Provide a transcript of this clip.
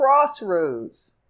crossroads